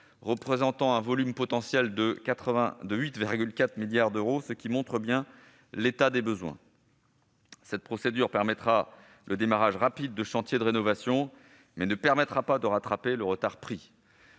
représentant un volume financier potentiel de 8,4 milliards d'euros, ce qui montre bien l'état des besoins. Cette procédure ouvrira la possibilité de démarrer rapidement des chantiers de rénovation, mais ne permettra pas de rattraper le retard pris.